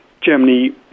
Germany